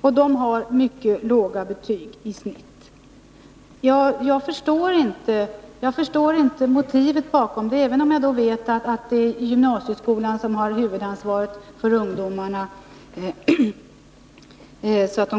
Och ungdomarna har mycket låga betyg i snitt. Jag förstår inte motiven bakom, även om det är gymnasieskolan som har huvudansvaret för att ungdomarna